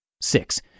Six